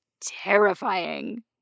terrifying